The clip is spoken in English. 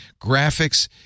graphics